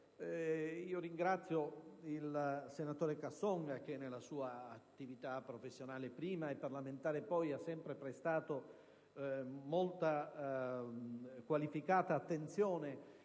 ringrazio il senatore Casson, che nella sua attività, professionale prima e parlamentare poi, ha sempre prestato molta e qualificata attenzione